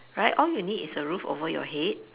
right all you need is a roof over your head